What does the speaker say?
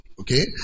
Okay